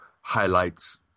highlights